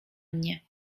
mnie